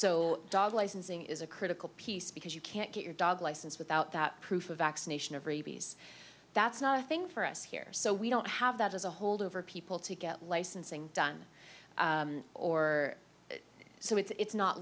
so dog licensing is a critical piece because you can't get your dog license without that proof of vaccination of rabies that's not a thing for us here so we don't have that as a hold over people to get licensing done or so it's